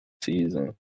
season